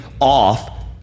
off